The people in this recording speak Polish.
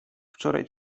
wczoraj